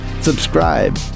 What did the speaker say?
subscribe